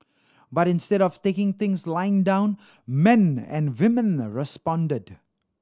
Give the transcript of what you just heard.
but instead of taking things lying down men and women responded